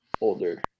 older